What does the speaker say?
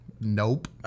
Nope